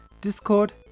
Discord